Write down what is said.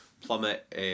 plummet